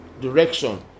direction